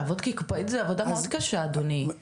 לעבוד כקופאית זה עבודה מאוד קשה אדוני,